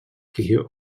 киһи